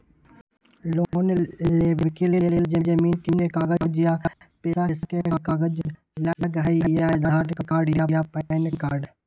Loan लेवेके लेल जमीन के कागज या पेशा के कागज लगहई या आधार कार्ड या पेन कार्ड?